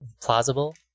plausible